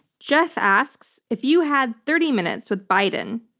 jeff asks, if you had thirty minutes with biden,